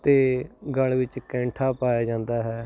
ਤੇ ਗਲ ਵਿੱਚ ਕੈਂਠਾ ਪਾਇਆ ਜਾਂਦਾ ਹੈ